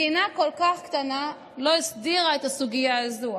מדינה כל כך קטנה עדיין לא הסדירה את הסוגיה הזו.